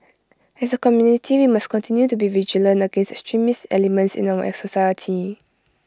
as A community we must continue to be vigilant against extremist elements in our society